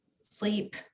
sleep